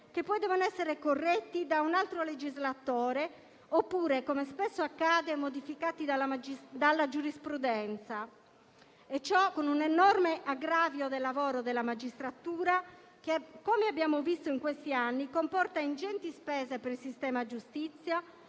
che poi devono essere corretti da un altro legislatore oppure, come spesso accade, modificati dalla giurisprudenza. Ciò avviene con un enorme aggravio del lavoro della magistratura che, come abbiamo visto in questi anni, comporta ingenti spese per il sistema giustizia